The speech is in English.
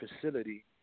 facility